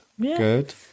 good